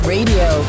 Radio